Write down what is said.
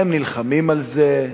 הם נלחמים על זה,